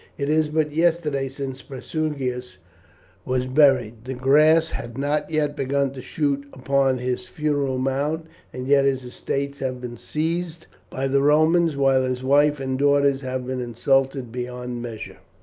it is but yesterday since prasutagus was buried. the grass has not yet begun to shoot upon his funeral mound and yet his estates have been seized by the romans while his wife and daughters have been insulted beyond measure.